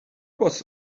was